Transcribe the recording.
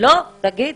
תגיד.